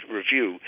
review